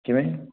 ਕਿਵੇਂ